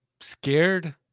scared